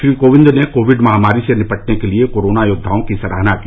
श्री कोविंद ने कोविड महामारी से निपटने के लिए कोरोना योद्वाओं की सराहना की